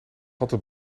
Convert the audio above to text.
altijd